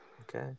Okay